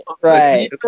right